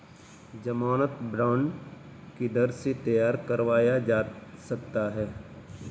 ज़मानत बॉन्ड किधर से तैयार करवाया जा सकता है?